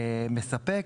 מספקים.